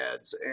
ads